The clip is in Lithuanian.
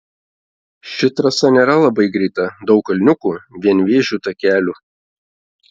ši trasa nėra labai greita daug kalniukų vienvėžių takelių